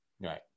Right